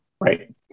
Right